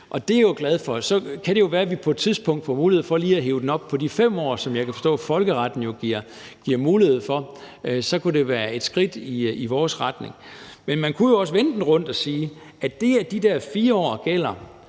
og det er jeg jo glad for. Så kan det være, vi på et tidspunkt får mulighed for lige at hive den op på 5 år, som jeg kan forstå folkeretten jo giver mulighed for. Det kunne være et skridt i vores retning. Kl. 21:11 Men man kunne jo også vende den rundt. Altså, med de argumenter,